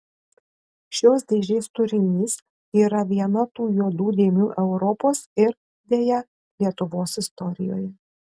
šios dėžės turinys yra viena tų juodų dėmių europos ir deja lietuvos istorijoje